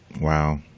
Wow